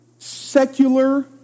Secular